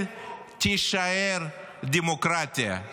-- ישראל תישאר דמוקרטיה.